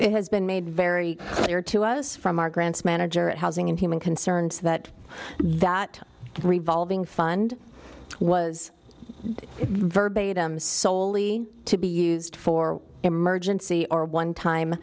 it has been made very clear to us from our grants manager at housing and human concerns that that revolving fund was verbatim soley to be used for emergency or one time